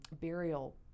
burial